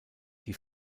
die